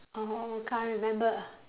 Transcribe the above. oh can't remember